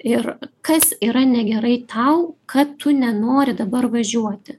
ir kas yra negerai tau kad tu nenori dabar važiuoti